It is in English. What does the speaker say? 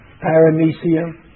paramecium